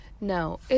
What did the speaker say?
No